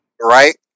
Right